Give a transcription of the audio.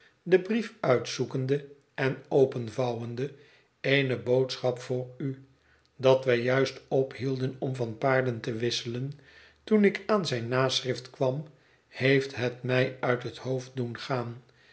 den brief uitzoekende en openvouwende eene boodschap voor u dat wij juist ophielden om van paarden te wisselen toen ik aan zijn naschrift kwam heeft het mij uit het hoofd doen gaan